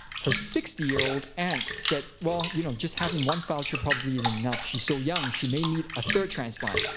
her sixty year old aunt said, well, you know, just having one voucher probably isn't enough. she's so young, she may need a third transplant.